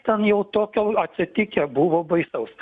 ten jau tokio atsitikę buvo baisaus